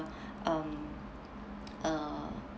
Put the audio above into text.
um uh